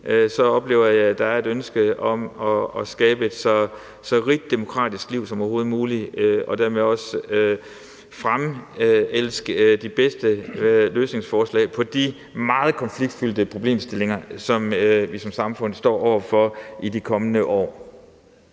oplever jeg også, at der er et ønske om at skabe et så rigt demokratisk liv som overhovedet muligt og dermed også fremelske de bedste løsningsforslag på de meget konfliktfyldte problemstillinger, som vi som samfund står over for i de kommende år.